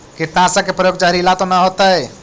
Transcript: कीटनाशक के प्रयोग, जहरीला तो न होतैय?